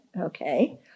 Okay